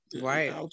Right